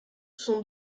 sont